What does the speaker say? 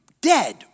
dead